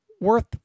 worth